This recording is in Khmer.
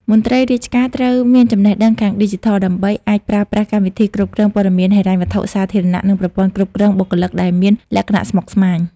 មន្ត្រីរាជការត្រូវមានចំណេះដឹងខាងឌីជីថល ដើម្បីអាចប្រើប្រាស់កម្មវិធីគ្រប់គ្រងព័ត៌មានហិរញ្ញវត្ថុសាធារណៈ និងប្រព័ន្ធគ្រប់គ្រងបុគ្គលិកដែលមានលក្ខណៈស្មុគស្មាញ។